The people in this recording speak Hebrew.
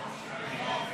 2,